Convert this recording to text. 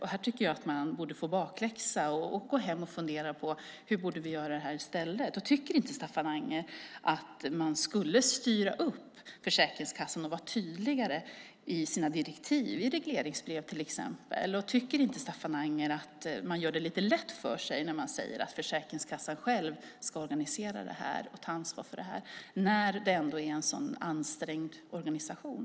Här tycker jag att man borde få bakläxa och gå hem och fundera på: Hur borde vi göra i stället? Tycker inte Staffan Anger att man borde styra upp Försäkringskassan och vara tydligare i sina direktiv, till exempel i regleringsbrev? Och tycker inte Staffan Anger att man gör det lite lätt för sig när man säger att Försäkringskassan själv ska organisera och ta ansvar för det här när det ändå är en så ansträngd organisation?